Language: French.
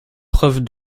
preuve